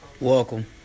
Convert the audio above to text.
Welcome